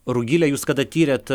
rugile jūs kada tyrėt